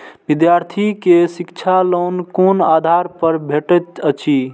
विधार्थी के शिक्षा लोन कोन आधार पर भेटेत अछि?